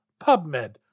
PubMed